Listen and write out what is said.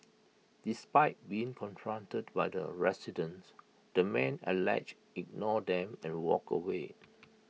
despite being confronted by the residents the man allegedly ignored them and walked away